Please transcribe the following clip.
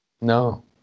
No